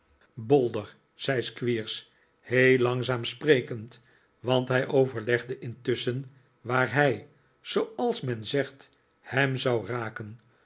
bolder zei squeers heel langzaam sprekend want hij overlegde intusschen waar hij zooals men zegt hem zou raken